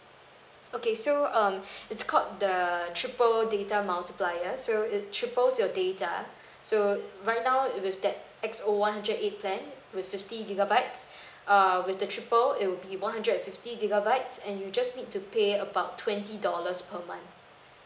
okay so um it's called the triple data multiplier so it triples your data so right now if with that X O one hundred eight plan with fifty gigabytes err with the triple it will be one hundred and fifty gigabytes and you just need to pay about twenty dollars per month